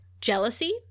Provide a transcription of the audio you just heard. jealousy